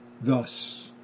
thus